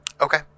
Okay